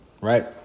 right